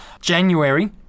January